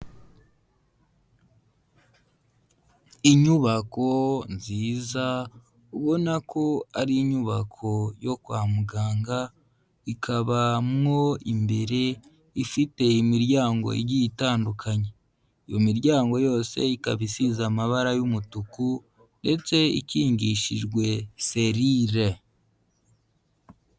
Inyubako nziza ubona ko ari inyubako yo kwa muganga ikabamwo imbere ifite imiryango igiye itandukanye, iyo miryango yose ikaba isize amabara y'umutuku ndetse ikingishijwe selire.